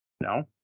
no